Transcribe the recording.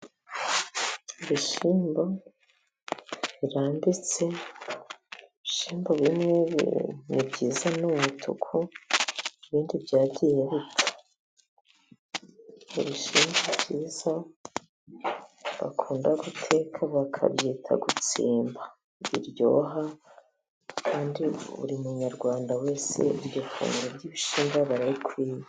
Ibishyimbo birambitse, ibishyimbo ni byiza ni umutuku ibindi byagiye bipfa. Ibishyimbo byiza bakunda guteka bakabyita gutsimba, biryoha kandi buri munyarwanda wese iryo funguro ry'ibishyimbo aba arikwiye.